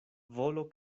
volo